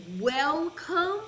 welcome